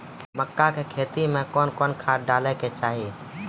मक्का के खेती मे कौन कौन खाद डालने चाहिए?